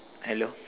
hello